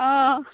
অঁ